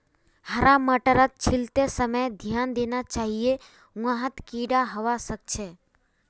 हरा मटरक छीलते समय ध्यान देना चाहिए वहात् कीडा हवा सक छे